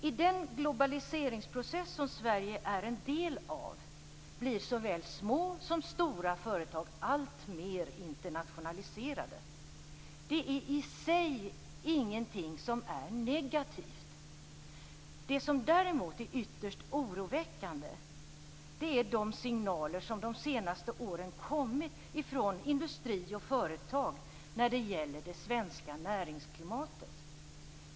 I den globaliseringsprocess som Sverige är en del av blir såväl små som stora företag alltmer internationaliserade. Det är i sig ingenting som är negativt. Det som däremot är ytterst oroväckande är de signaler som de senaste åren kommit från industri och företag när det gäller det svenska näringsklimatet.